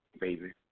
baby